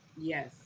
Yes